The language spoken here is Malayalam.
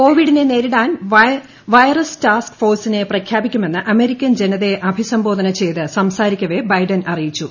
കൊവിഡിനെ നേരിടാൻ വൈറസ് ട്ടാസ്ക്ക് ഫോഴ്സിനെ പ്രഖ്യാപിക്കുമെന്ന് അമേരിക്കൻ ജനതയെ ്അഭിസംബോധന ചെയ്ത് സംസാരിക്കവെ ബൈഡൻ അറിയിച്ചു